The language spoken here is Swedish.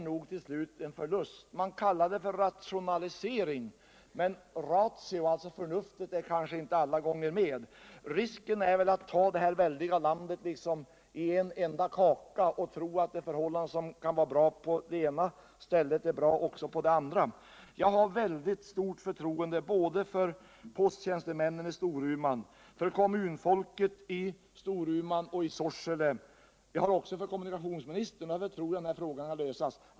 som till sist nog är en förlust. Man kallar det för rationalisering, men ratio, förnuftet. är väl inte alla gånger med. Det finns en risk för att man betraktar hela vårt väldiga lund som en enda kaka och tror att förhållanden som är bra på det ena stället är bra också på det andra. Jag har mycket stort förtroende för posttjänstemännen i Storuman, för kommunrepresentanter i Storuman och i Sorsele och för kommunikationsministern, och därför tror jag att denna fråga skall kunna lösas.